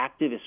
activist